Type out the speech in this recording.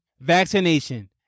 vaccination